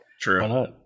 True